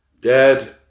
dad